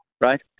right